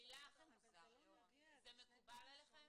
לילך, זה מקובל עליכם?